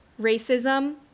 racism